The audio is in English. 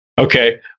Okay